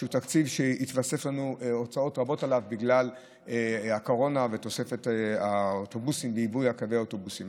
התווספו לנו הוצאות רבות עליו בגלל הקורונה ועיבוי קווי האוטובוסים.